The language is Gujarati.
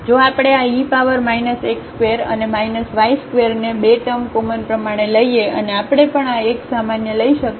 તેથી જો આપણે આ ઇ પાવર x ² અને y ² ને 2 ટર્મ કોમન પ્રમાણે લઈએ અને આપણે પણ આ x સામાન્ય લઈ શકીએ